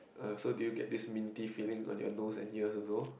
er so do you get this minty feeling on your nose and ears also